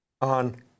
on